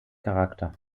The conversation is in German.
charakter